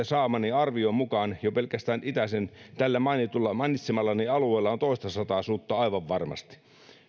saamani arvion mukaan jo pelkästään tällä mainitsemallani itäisellä alueella on toistasataa sutta aivan varmasti